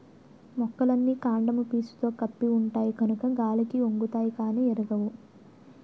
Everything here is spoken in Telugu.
మొక్కలన్నీ కాండము పీసుతో కప్పి ఉంటాయి కనుక గాలికి ఒంగుతాయి గానీ ఇరగవు